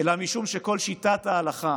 אלא משום שכל שיטת ההלכה